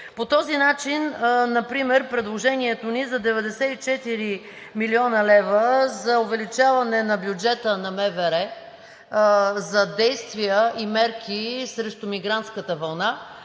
структурирани – например предложението ни за 94 млн. лв. за увеличаване на бюджета на МВР, за действия и мерки срещу мигрантската вълна.